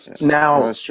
Now